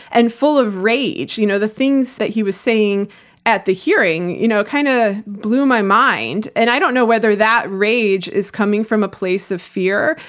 and full of rage. you know the things that he was saying at the hearing you know kind of blew my mind. and i don't know whether that rage is coming from a place of fear,